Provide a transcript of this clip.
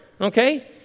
okay